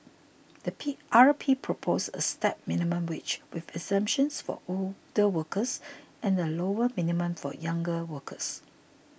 the P R P proposed a stepped minimum wage with exemptions for older workers and a lower minimum for younger workers